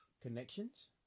connections